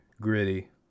gritty